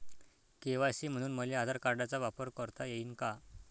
KYC म्हनून मले आधार कार्डाचा वापर करता येईन का?